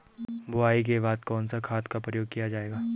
बुआई के बाद कौन से खाद का प्रयोग किया जायेगा?